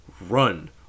run